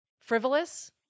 frivolous